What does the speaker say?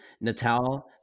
Natal